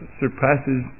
surpasses